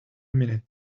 minute